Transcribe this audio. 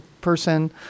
person